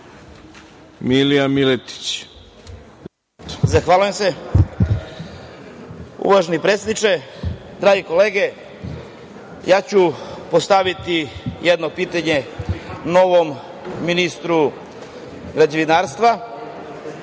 **Milija Miletić** Zahvaljujem se. Uvaženi predsedniče, drage kolege, postaviću jedno pitanje novom ministru građevinarstva